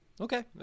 okay